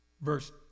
verse